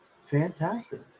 Fantastic